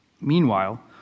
Meanwhile